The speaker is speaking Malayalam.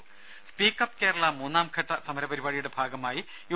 ദേദ സ്പീക്ക് അപ് കേരള മൂന്നാംഘട്ട സമരപരിപാടിയുടെ ഭാഗമായി യു